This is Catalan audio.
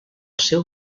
seu